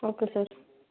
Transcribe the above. okay sir